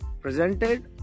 presented